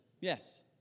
Yes